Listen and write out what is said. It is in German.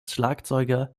schlagzeuger